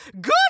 Good